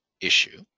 issue